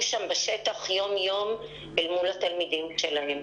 שם בשטח יום יום אל מול התלמידים שלהם.